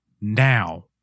now